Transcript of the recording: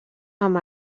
amb